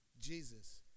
Jesus